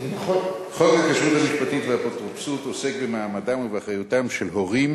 חוק הכשרות המשפטית והאפוטרופסות עוסק במעמדם ובאחריותם של הורים